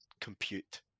compute